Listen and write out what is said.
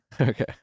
okay